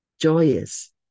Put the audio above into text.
joyous